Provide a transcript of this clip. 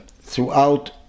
throughout